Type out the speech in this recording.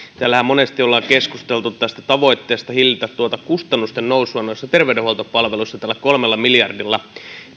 täällähän monesti on keskusteltu tavoitteesta hillitä tuota kustannusten nousua nousua terveydenhuoltopalveluissa tällä kolmella miljardilla